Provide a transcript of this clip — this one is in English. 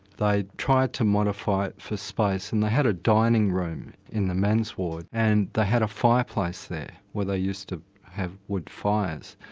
they'd tried to modify it for space and they had a dining room in the men's ward and they had a fireplace there where they used to have wood fires.